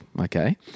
Okay